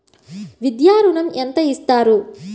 విద్యా ఋణం ఎంత ఇస్తారు?